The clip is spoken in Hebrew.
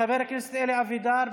חבר הכנסת אלי אבידר,